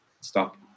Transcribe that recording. stop